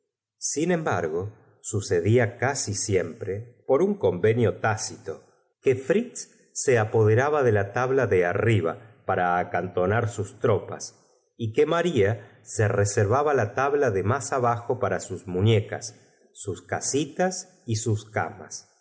sin embargo sucedía casi siempre por un convenio tácito que fritz se apoderaba de la tabla de arriba para acantonar sus tropas y que maria se reservaba la tabla de más abajo para sus muñecas sus casitas y sus camas